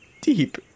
deep